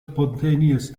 spontaneous